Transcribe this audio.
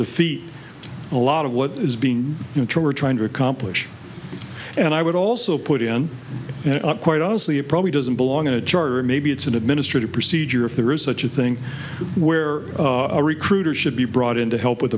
defeat a lot of what is being you two are trying to accomplish and i would also put in quite honestly it probably doesn't belong in a charter or maybe it's an administrative procedure if there is such a thing where a recruiter should be brought in to help with